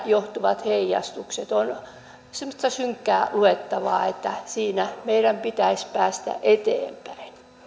johtuvat heijastukset ovat semmoista synkkää luettavaa niin että siinä meidän pitäisi päästä eteenpäin